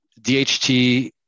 DHT